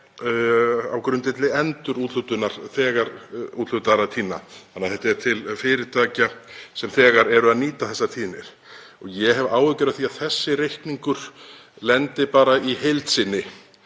á grundvelli endurúthlutunar þegar úthlutaðra tíðna þannig að þetta er til fyrirtækja sem þegar eru að nýta þessar tíðnir. Ég hef áhyggjur af því að þessi reikningur lendi í heild sinni